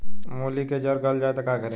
मूली के जर गल जाए त का करी?